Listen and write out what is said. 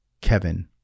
Kevin